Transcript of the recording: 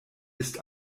ist